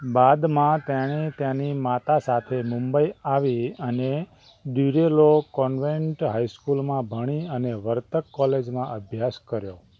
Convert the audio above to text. બાદમાં તેણી તેની માતા સાથે મુંબઈ આવી અને ડ્યુરેલો કૉન્વેન્ટ હાઈસ્કૂલમાં ભણી અને વર્તક કૉલેજમાં અભ્યાસ કર્યો